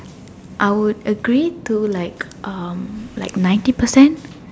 I would agree to like um like ninety percent